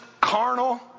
carnal